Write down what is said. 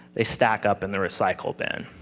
they stack up in the recycle bin.